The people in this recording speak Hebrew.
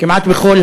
כמעט בכל